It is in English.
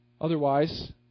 Otherwise